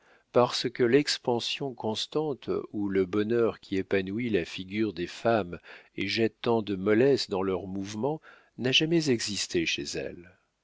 parce que l'expansion constante ou le bonheur qui épanouit la figure des femmes et jette tant de mollesse dans leurs mouvements n'a jamais existé chez elles